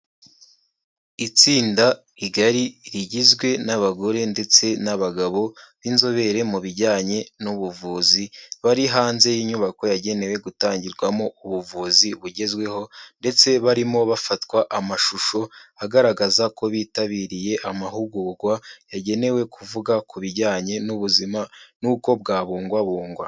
Itsinda rigari rigizwe n'abagore ndetse n'abagabo b'inzobere mu bijyanye n'ubuvuzi, bari hanze y'inyubako yagenewe gutangirwamo ubuvuzi bugezweho ndetse barimo bafatwa amashusho, agaragaza ko bitabiriye amahugurwa, yagenewe kuvuga ku bijyanye n'ubuzima n'uko bwabungwabungwa.